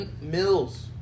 Mills